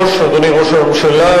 בואו ונחליט שבכל ועדה יהיה רוב של נשים.